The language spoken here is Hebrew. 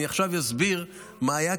אסביר מה היה,